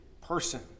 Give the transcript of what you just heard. person